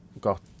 got